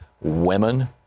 women